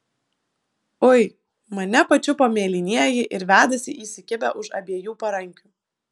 ui mane pačiupo mėlynieji ir vedasi įsikibę už abiejų parankių